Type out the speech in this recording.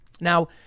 Now